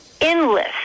endless